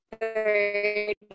third